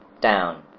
down